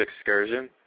excursion